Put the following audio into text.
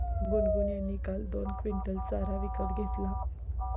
गुनगुन यांनी काल दोन क्विंटल चारा विकत घेतला